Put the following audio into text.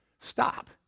Stop